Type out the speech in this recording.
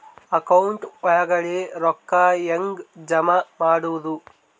Account ಒಳಗಡೆ ರೊಕ್ಕ ಹೆಂಗ್ ಜಮಾ ಮಾಡುದು?